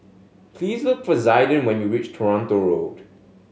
please look for Zaiden when you reach Toronto Road